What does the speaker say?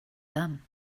them